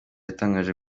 yatangaje